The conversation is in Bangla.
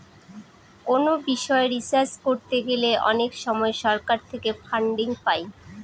কোনো বিষয় রিসার্চ করতে গেলে অনেক সময় সরকার থেকে ফান্ডিং পাই